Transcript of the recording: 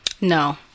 No